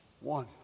one